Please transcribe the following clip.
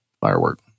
firework